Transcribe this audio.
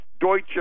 Deutsche